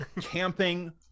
Camping